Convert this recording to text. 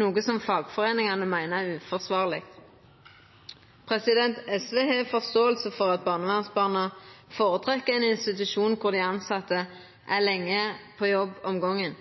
noko som fagforeiningane meiner er uforsvarleg. SV har forståing for at barnevernsbarna føretrekkjer ein institusjon der dei tilsette er lenge på jobb om gongen.